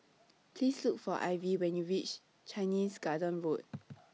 Please Look For Ivey when YOU REACH Chinese Garden Road